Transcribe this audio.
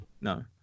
No